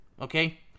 Okay